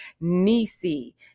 Nisi